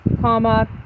comma